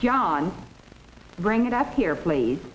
john bring it up here please